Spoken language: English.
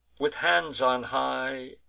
with hands on high,